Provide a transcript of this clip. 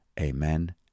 Amen